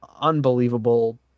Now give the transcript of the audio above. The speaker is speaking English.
unbelievable